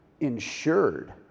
insured